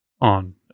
on